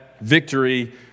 victory